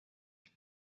most